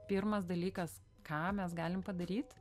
pirmas dalykas ką mes galim padaryt